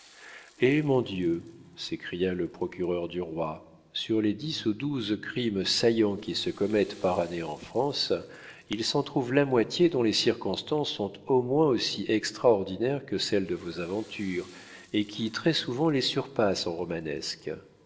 eh mon dieu s'écria le procureur du roi sur les dix ou douze crimes saillants qui se commettent par année en france il s'en trouve la moitié dont les circonstances sont au moins aussi extraordinaires que celles de vos aventures et qui très-souvent les surpassent en romanesque